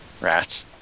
Rats